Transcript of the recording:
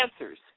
answers